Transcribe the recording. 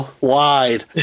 wide